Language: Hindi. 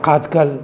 आज कल